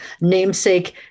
namesake